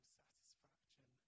satisfaction